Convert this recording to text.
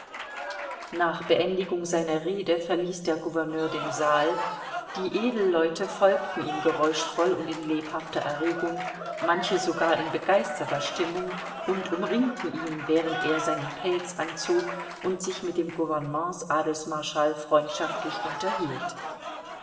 nach beendigung seiner rede verließ der gouverneur den saal die edelleute folgten ihm geräuschvoll und in lebhafter erregung manche sogar in begeisterter stimmung und umringten ihn während er seinen pelz anzog und sich mit dem gouvernements adelsmarschall freundschaftlich unterhielt